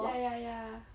ya ya ya